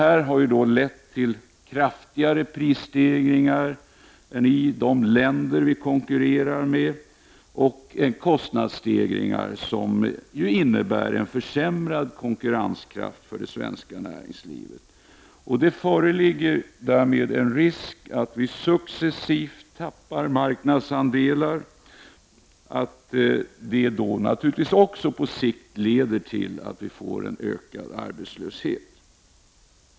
Detta har lett till kraftigare pristegringar än i de länder som vi konkurrerar med och till kostnadsstegringar som innebär en försämrad konkurrenskraft för det svenska näringslivet. Därmed föreligger en risk för att vi successivt tappar marknadsandelar, och på sikt leder detta till en ökad arbetslöshet.